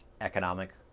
economic